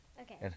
Okay